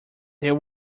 there